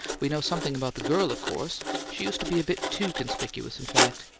we know something about the girl, of course she used to be a bit too conspicuous, in fact!